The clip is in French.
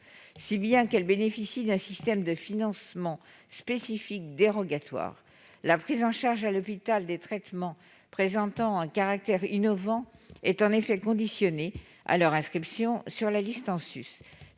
si bien qu'elle bénéficie d'un système de financement spécifique dérogatoire. La prise en charge à l'hôpital des traitements présentant un caractère innovant est en effet conditionnée à leur inscription sur la liste en